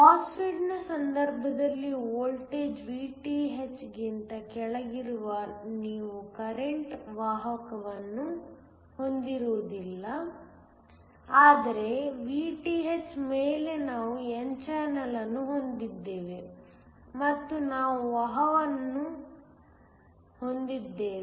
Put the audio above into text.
MOSFET ನ ಸಂದರ್ಭದಲ್ಲಿ voltage Vth ಗಿಂತ ಕೆಳಗಿರುವಾಗ ನೀವು ಕರೆಂಟ್ ವಹನವನ್ನು ಹೊಂದಿರುವುದಿಲ್ಲ ಆದರೆ Vth ಮೇಲೆ ನಾವು n ಚಾನೆಲ್ ಅನ್ನು ಹೊಂದಿದ್ದೇವೆ ಮತ್ತು ನಾವು ವಹನವನ್ನು ಹೊಂದಿದ್ದೇವೆ